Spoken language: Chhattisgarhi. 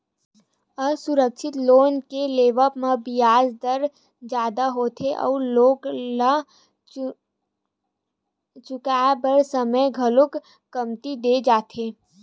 असुरक्छित लोन के लेवब म बियाज दर जादा होथे अउ लोन ल चुकाए बर समे घलो कमती दे जाथे